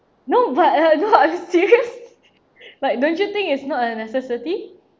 no but her serious like don't you think is not a necessity